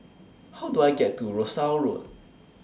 How Do I get to Rosyth Road